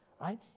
right